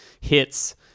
hits